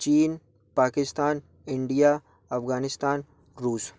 China Pakistan India Afghanistan Russia